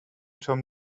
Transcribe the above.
term